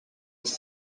his